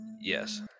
Yes